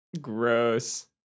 gross